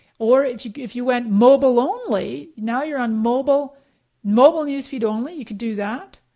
or if you if you went mobile only, now you're on mobile mobile newsfeed only, you could do that.